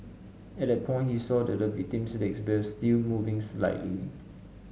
at that point he saw that the victim's legs were still moving slightly